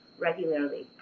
regularly